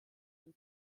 dem